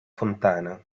fontana